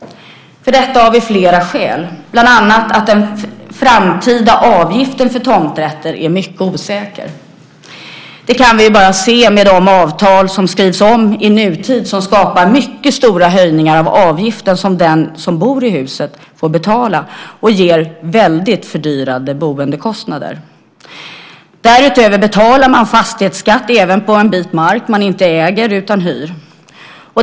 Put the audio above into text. För detta har vi flera skäl, bland annat att den framtida avgiften för tomträtter är mycket osäker. Det kan vi ju se med de avtal som skrivs om i nutid och som skapar mycket stora höjningar av avgiften som den som bor i huset får betala. Det ger mycket fördyrade boendekostnader. Därutöver betalar man fastighetsskatt även på en bit mark man inte äger utan hyr.